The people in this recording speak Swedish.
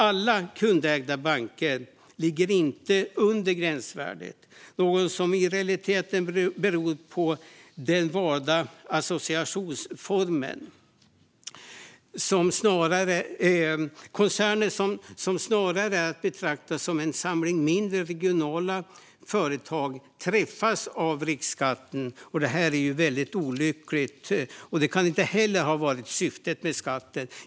Alla kundägda banker ligger inte under gränsvärdet, något som i realiteten beror på den valda associationsformen. Koncerner som snarare är att betrakta som en samling mindre regionala företag träffas av riskskatten. Detta är väldigt olyckligt och kan inte heller ha varit syftet med skatten.